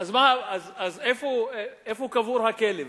אז איפה קבור הכלב?